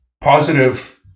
positive